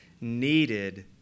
needed